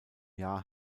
jahr